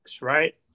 right